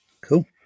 cool